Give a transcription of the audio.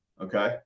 Okay